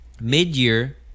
Mid-year